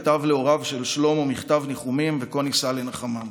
כתב להוריו של שלמה מכתב ניחומים וכה ניסה לנחמם: